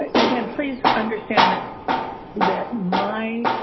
again, please understand that that my